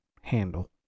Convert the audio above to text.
handle